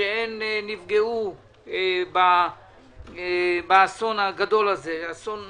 שיקיריהן נפגעו באסון הגדול הזה, אסון ענק.